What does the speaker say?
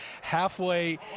halfway